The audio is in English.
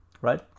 right